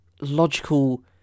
logical